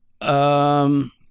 um-